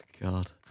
God